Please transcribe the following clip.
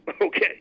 okay